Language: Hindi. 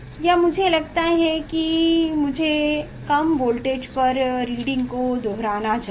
या मुझे लगता है कि मुझे कम वोल्टेज पर रीडिंग को दोहराना चाहिए